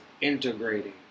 integrating